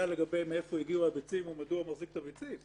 מאיפה הגיעו הביצים ומדוע הוא מחזיק את הביצים.